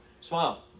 Smile